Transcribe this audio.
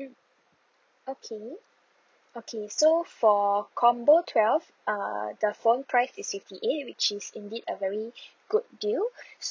mm okay okay so for combo twelve err the phone price is fifty eight which is indeed a very good deal